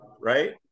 Right